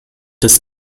des